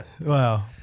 Wow